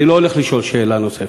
אני לא הולך לשאול שאלה נוספת.